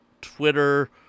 Twitter